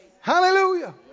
Hallelujah